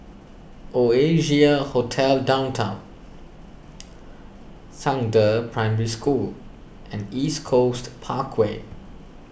Oasia Hotel Downtown Zhangde Primary School and East Coast Parkway